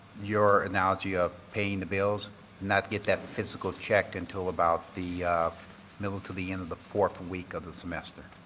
your analogy of paying the bills not get that physical check until about the middle to the end of the fourth week of the semester.